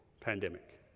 pandemic